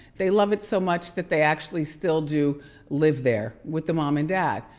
they love it so much that they actually still do live there with the mom and dad.